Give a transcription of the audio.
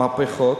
מהפכות.